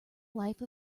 life